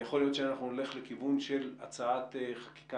ויכול להיות שנלך לכיוון של הצעת חקיקה